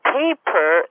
paper